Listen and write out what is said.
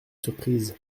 surprise